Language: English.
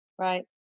Right